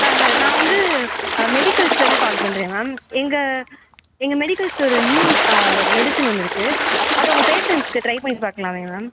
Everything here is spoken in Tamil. ஆ நான் வந்து மெடிக்கல்ஸ்லேருந்து கால் பண்ணுறேன் மேம் எங்கள் எங்கள் மெடிக்கல் ஸ்டோரில் நியூ மெடிஷன் வந்துருக்குது அதை உங்கள் பேஷன்ட்ஸுக்கு ட்ரை பண்ணி பார்க்கலாமே மேம்